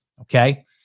okay